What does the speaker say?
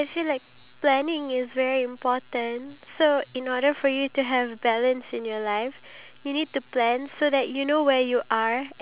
be motivated so you must constantly think of your dreams like it's okay for you to you know just keep on dreaming because that